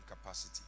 capacity